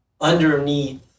underneath